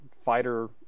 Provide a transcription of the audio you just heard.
fighter